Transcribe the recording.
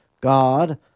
God